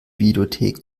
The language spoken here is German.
videothek